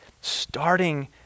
starting